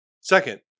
Second